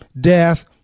death